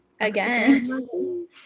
again